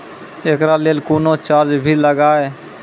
एकरा लेल कुनो चार्ज भी लागैये?